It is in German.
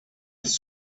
ist